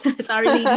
Sorry